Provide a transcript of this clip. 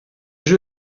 jeu